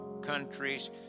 countries